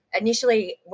initially